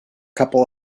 couple